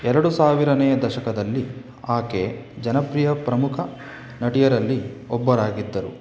ಎರಡು ಸಾವಿರನೇ ದಶಕದಲ್ಲಿ ಆಕೆ ಜನಪ್ರಿಯ ಪ್ರಮುಖ ನಟಿಯರಲ್ಲಿ ಒಬ್ಬರಾಗಿದ್ದರು